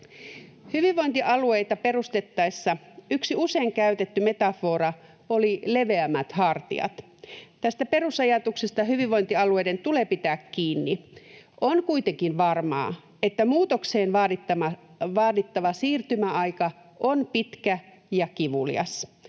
Hyvinvointialueita perustettaessa yksi usein käytetty metafora oli ”leveämmät hartiat”. Tästä perusajatuksesta hyvinvointialueiden tulee pitää kiinni. On kuitenkin varmaa, että muutokseen vaadittava siirtymäaika on pitkä ja kivulias.